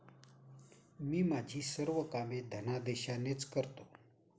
मी माझी सर्व कामे धनादेशानेच करतो